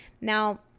Now